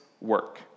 work